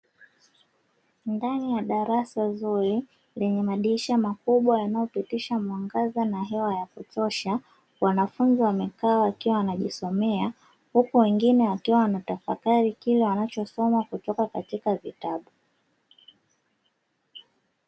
Ndani ya darasa zuri lenye madirisha makubwa yanayopitisha mwangaza na hewa ya kutosha, wanafunzi wamekaa wakiwa wanajisomea huku wengine wakiwa wanatafakari kile wanachosoma kutoka katika vitabu.